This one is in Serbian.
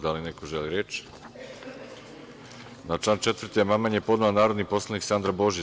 Da li neko želi reč? (Ne) Na član 4. amandman je podnela narodni poslanik Sandra Božić.